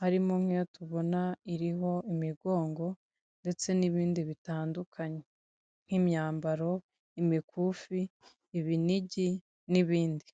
harimo nk'iyo tubona irimo imigongo ndetse n'ibindi bitandukanye. Nk'imyambaro, imikufi, ibinigi n'ibindi.